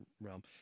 realm